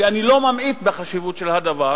ואני לא ממעיט בחשיבות של הדבר,